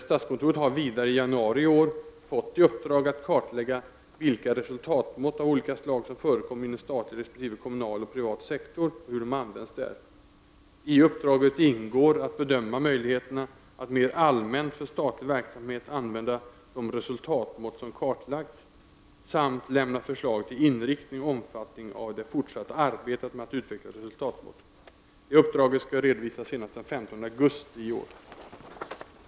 Statskontoret har vidare i januari i år fått i uppdrag att kartlägga vilka resultatmått av olika slag som förekommer inom statlig resp. kommunal och privat sektor och hur de används där. I uppdraget ingår att bedöma möjligheterna att mer allmänt för statlig verksamhet använda de resultatmått som kartlagts samt lämna förslag till inriktning och omfattning av det fortsatta arbetet med att utveckla resultatmått. Uppdraget skall redovisas senast den 15 augusti 1990.